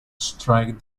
strike